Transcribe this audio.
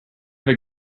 have